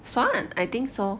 算 I think so